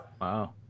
Wow